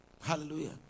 Hallelujah